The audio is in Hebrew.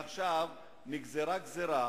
עכשיו נגזרה גזירה